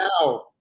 now